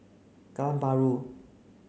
Kallang Bahru